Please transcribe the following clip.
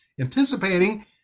anticipating